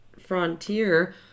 frontier